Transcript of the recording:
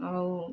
ଆଉ